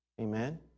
Amen